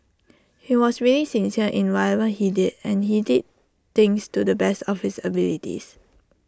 he was really sincere in whatever he did and he did things to the best of his abilities